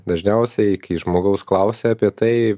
dažniausiai kai žmogaus klausia apie tai